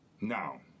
Now